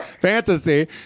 fantasy